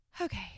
okay